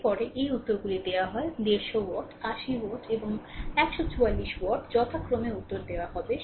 এর পরে এই উত্তরগুলি দেওয়া হয় 150 ওয়াট 80 ওয়াট এবং 144 ওয়াট যথাক্রমে উত্তর দেওয়া হয়